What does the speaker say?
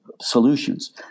solutions